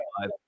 five